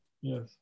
Yes